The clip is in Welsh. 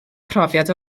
profiad